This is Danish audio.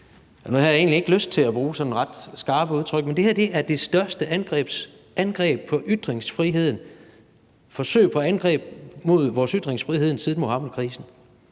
jeg havde egentlig ikke lyst til at bruge et sådan ret skarpt udtryk – at det her er det største forsøg på angreb på ytringsfriheden siden Muhammedkrisen.